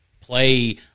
play